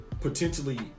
potentially